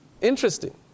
Interesting